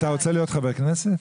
אתה רוצה להיות חבר כנסת?